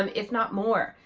um if not more.